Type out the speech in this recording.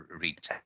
read